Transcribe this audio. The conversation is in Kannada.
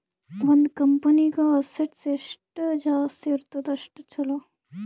ಒಂದ್ ಕಂಪನಿಗ್ ಅಸೆಟ್ಸ್ ಎಷ್ಟ ಜಾಸ್ತಿ ಇರ್ತುದ್ ಅಷ್ಟ ಛಲೋ